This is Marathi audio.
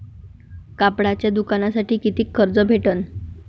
कापडाच्या दुकानासाठी कितीक कर्ज भेटन?